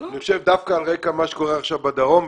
אני חושב שדווקא על רקע מה שקורה עכשיו בדרום,